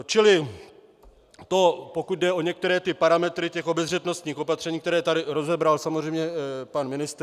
Čili to pokud jde o některé parametry obezřetnostních opatření, které tady rozebral samozřejmě pan ministr.